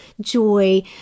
joy